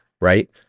right